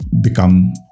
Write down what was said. become